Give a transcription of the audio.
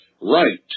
right